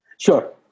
Sure